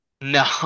no